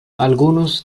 algunos